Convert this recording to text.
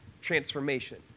transformation